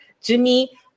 Jimmy